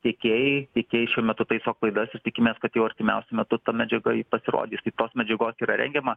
tiekėjai tiekėjai šiuo metu taiso klaidas ir tikimės kad jau artimiausiu metu ta medžiaga ji pasirodys taip pat medžiagos yra rengiama